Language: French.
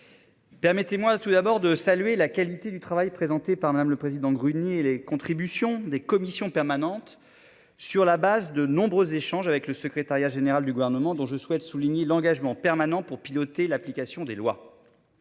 Permettez-moi tout d'abord de saluer la qualité du travail présenté par Madame le président Gruny et les contributions des commissions permanentes sur la base de nombreux échanges avec le secrétariat général du gouvernement dont je souhaite souligner l'engagement permanent pour piloter l'application des lois.